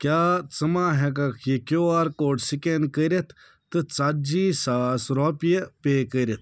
کیٛاہ ژٕ ما ہیٚکیٚکھ یہِ کیٛو آر کوڈ سِکین کٔرِتھ تہٕ ژتجی ساس رۄپیہِ پے کٔرِتھ